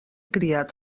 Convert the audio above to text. criat